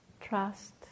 trust